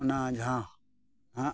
ᱚᱱᱟ ᱡᱟᱦᱟᱜ ᱱᱟᱦᱟᱜ